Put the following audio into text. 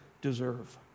deserve